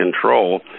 control